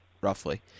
roughly